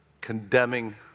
condemning